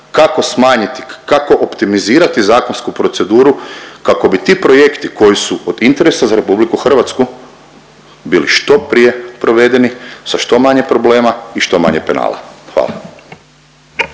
kako smanjiti, kako optimizirati zakonsku proceduru kako bi ti projekti koji su od interesa za RH bili što prije provedeni, sa što manje problema i što manje penala. Hvala.